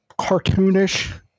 cartoonish